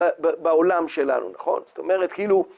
בעולם שלנו, נכון? זאת אומרת כאילו